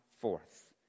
forth